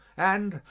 and,